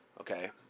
okay